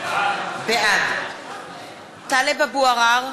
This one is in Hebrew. בעד טלב אבו עראר,